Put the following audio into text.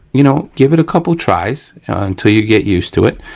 you know, give it a couple tries until you get used to it.